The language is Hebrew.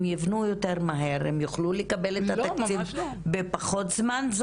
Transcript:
אם יבנו יותר מהר הם יוכלו לקבל את התקציב בפחות זמן?